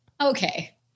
Okay